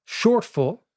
shortfall